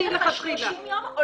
יש כאן את אנשי המקצוע של המדינה שאני